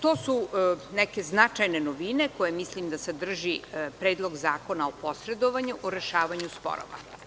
To su neke značajne novine koje mislim da sadrži Predlog zakona o posredovanju u rešavanju sporova.